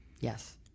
Yes